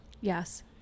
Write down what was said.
Yes